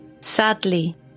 Sadly